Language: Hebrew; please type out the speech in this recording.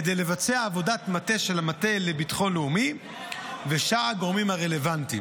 כדי לבצע עבודת מטה של המטה לביטחון לאומי ושאר הגורמים הרלוונטיים.